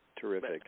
terrific